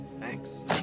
Thanks